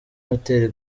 hoteli